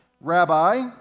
Rabbi